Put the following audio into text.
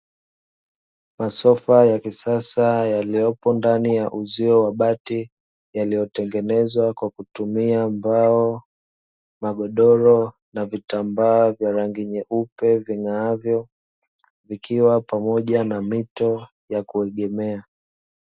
Masofa ya kisasa yaliyopo ndani ya uzio wa bati yaliyotengenezwa kwa kutumia mbao, magodoro, na vitambaa vya rangi nyeupe ving'aavyo ikiwa pamoja na mito ya kuegemea.